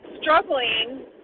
struggling